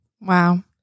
Wow